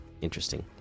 Interesting